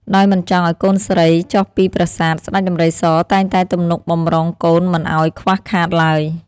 ដោយមិនចង់ឱ្យកូនស្រីចុះពីប្រាសាទ ស្តេចដំរីសតែងតែទំនុកបម្រុងកូនមិនឱ្យខ្វះខាតឡើយ។